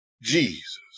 Jesus